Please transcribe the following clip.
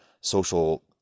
social